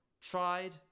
tried